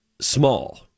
small